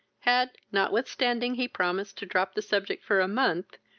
had, notwithstanding he promised to drop the subject for a month,